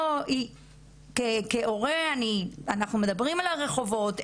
כהורה אנחנו מדברים על הרחובות,